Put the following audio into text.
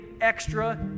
extra